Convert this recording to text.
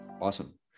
Awesome